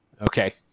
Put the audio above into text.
Okay